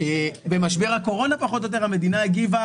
במשבר הקורונה פחות או יותר המדינה הגיבה